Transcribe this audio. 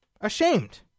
Ashamed